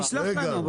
אז תשלח לנו.